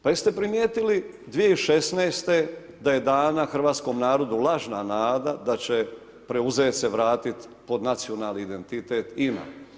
Pa jeste primijetili 2016. da je dana hrvatskom narodu lažna nada da će preuzet se vratit po nacionalni identitet INA.